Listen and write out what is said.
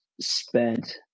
spent